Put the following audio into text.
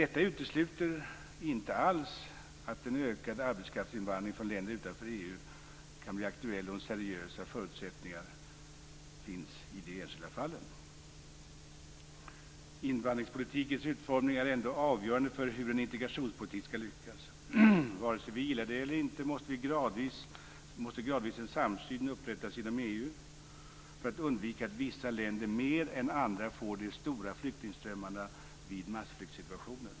Detta utesluter inte alls att en ökad arbetskraftsinvandring från länder utanför EU kan bli aktuell om seriösa förutsättningar finns i de enskilda fallen. Invandringspolitikens utformning är ändå avgörande för hur en integrationspolitik skall lyckas. Vare sig vi gillar det eller inte måste gradvis en samsyn upprättas inom EU för att undvika att vissa länder mer än andra får de stora flyktingströmmarna vid massflyktssituationer.